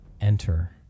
enter